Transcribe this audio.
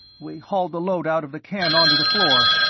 we hauled the load out of the can on to the floor.